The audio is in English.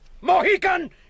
Mohican